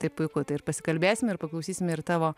tai puiku tai ir pasikalbėsime ir paklausysime ir tavo